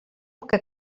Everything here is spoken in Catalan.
que